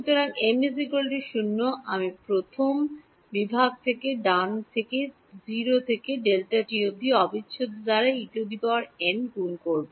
সুতরাং m 0 আমি প্রথম বিভাগ থেকে ডান থেকে 0 Δt অবধি অবিচ্ছেদ্য দ্বারা En গুণ করব